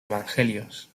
evangelios